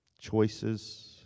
choices